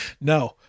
no